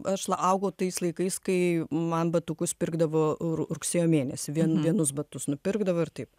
aš la augau tais laikais kai man batukus pirkdavo ru rugsėjo mėnesį vien vienus batus nupirkdavo ir taip